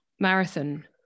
marathon